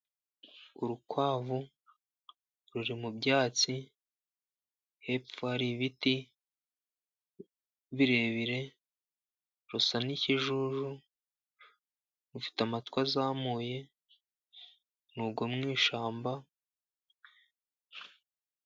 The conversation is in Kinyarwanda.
Urukwavu ruri mu byatsi, hepfo hari ibiti birebire, rusa n'ikijuju, rufite amatwi azamuye ni urwo mu ishyamba.